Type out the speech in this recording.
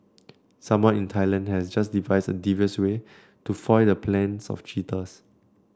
someone in Thailand has just devised a devious way to foil the plans of cheaters